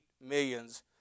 millions